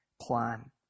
plan